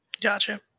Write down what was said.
Gotcha